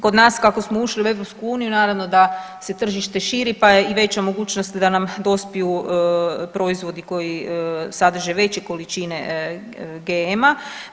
Kod nas kako smo ušli u EU naravno da se tržište širi pa je i veća mogućnost da nam dospiju proizvodi koji sadrže veće količine GM-a.